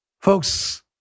Folks